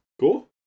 Cool